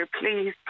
please